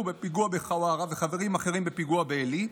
בפיגוע בחווארה וחברים אחרים בפיגוע בעלי,